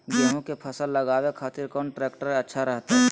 गेहूं के फसल लगावे खातिर कौन ट्रेक्टर अच्छा रहतय?